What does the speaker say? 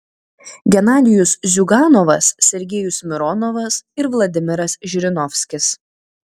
genadijus ziuganovas sergejus mironovas ir vladimiras žirinovskis